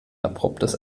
abruptes